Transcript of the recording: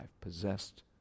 possessed